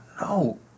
No